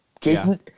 Jason